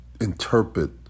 interpret